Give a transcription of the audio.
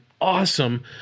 awesome